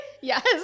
yes